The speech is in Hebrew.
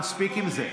מספיק עם זה.